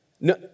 No